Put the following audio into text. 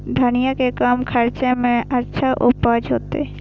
धनिया के कम खर्चा में अच्छा उपज होते?